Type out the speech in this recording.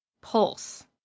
pulse